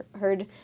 heard